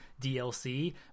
dlc